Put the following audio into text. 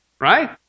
right